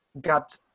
got